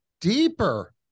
deeper